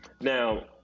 Now